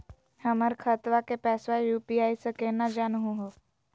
हमर खतवा के पैसवा यू.पी.आई स केना जानहु हो?